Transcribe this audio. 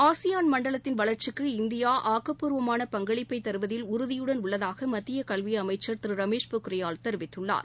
ASEAN மண்டலத்தின் வளர்ச்சிக்கு India ஆக்கப்பூர்வமான பங்களிப்பை தருவதில் உறுதியுடன் உள்ளதாக மத்திய கல்வியமைச்சர் திரு ரமேஷ் பொக்ரியால் தெரிவித்துள்ளார்